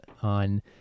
on